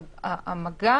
אבל המגע